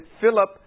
Philip